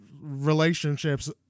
relationships